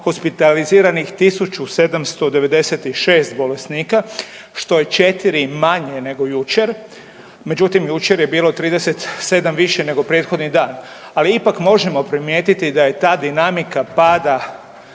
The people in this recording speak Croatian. hospitaliziranih 1.796 bolesnika što je četiri manje nego jučer, međutim jučer je bilo 37 više nego prethodni dan. Ali ipak možemo primijetiti da je ta dinamika pada